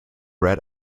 red